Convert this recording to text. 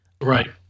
Right